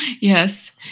Yes